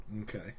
okay